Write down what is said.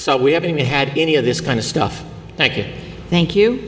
so we haven't had any of this kind of stuff thank you